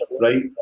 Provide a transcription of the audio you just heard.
right